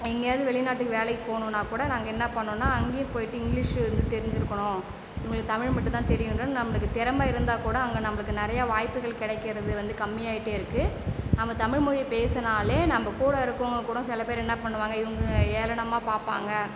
எங்கேயாவது வெளிநாட்டுக்கு வேலைக்கு போகணும்னாக்கூட நாங்கள் என்ன பண்ணும்னா அங்கியும் போயிட்டு இங்கிலீஷு வந்து தெரிஞ்சுருக்கணும் இவங்களுக்கு தமிழ் மட்டும் தான் தெரியும் நம்பளுக்கு திறம இருந்தாக்கூட அங்கே நம்பளுக்கு நிறையா வாய்ப்புகள் கிடைக்கறது வந்து கம்மியாயிட்டே இருக்கு நம்ம தமிழ் மொழியை பேசுனாலே நம்ம கூட இருக்குறவங்க கூடம் சில பேர் என்ன பண்ணுவாங்க இவங்க ஏளனமாக பார்ப்பாங்க